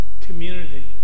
community